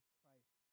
Christ